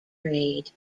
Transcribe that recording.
trade